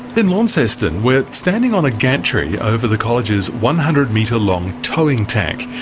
in launceston we're standing on a gantry over the college's one hundred metre long towing tank.